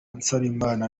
nsabimana